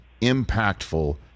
impactful